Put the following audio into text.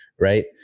right